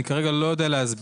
אני כרגע לא יודע להסביר.